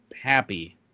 happy